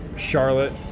Charlotte